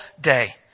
day